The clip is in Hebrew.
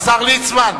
השר ליצמן,